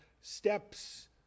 steps